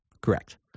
Correct